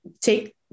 take